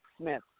Smith